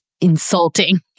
insulting